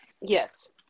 Yes